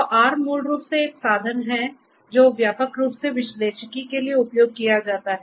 तो R मूल रूप से एक साधन है जो व्यापक रूप से विश्लेषिकी के लिए उपयोग किया जाता है